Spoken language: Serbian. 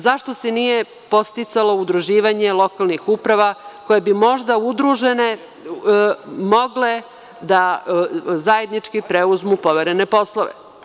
Zašto se nije podsticalo udruživanje lokalnih uprava koje bi možda udružene mogle da zajednički preuzmu poverene poslove.